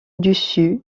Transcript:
dessus